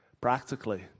practically